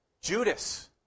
Judas